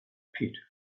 pit